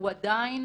הוא עדיין